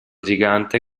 gigante